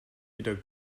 wieder